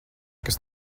kas